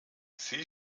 sie